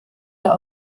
der